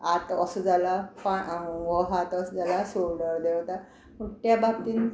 हात असो जाला पांय हो हात असो जाला शोल्डर देंवता पूण त्या बाबतीन